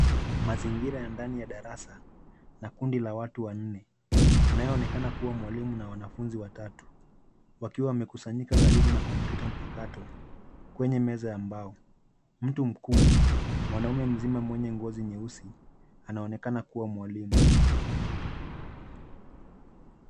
Mazingira ya ndani ya darasa na kundi la watu wanne anayeonekana kuwa mwalimu na wanafunzi watatu wakiwa wamekusanyika karibu na kompyuta mpakato kwenye meza ya mbao. Mtu mkuu, mwanaume mzima mwenye ngozi nyeusi anaonekana kuwa mwalimu.